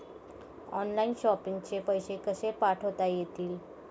Online shopping चे पैसे कसे पाठवता येतील?